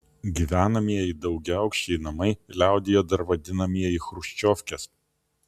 gyvenamieji daugiaaukščiai namai liaudyje dar vadinamieji chruščiovkės